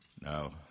now